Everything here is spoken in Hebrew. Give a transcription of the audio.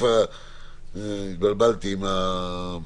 יכול להיות שהכתובת יותר חשובה מכתובת ה e mail,